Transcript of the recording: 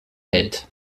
hält